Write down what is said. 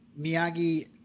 Miyagi